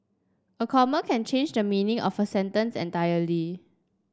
a comma can change the meaning of a sentence entirely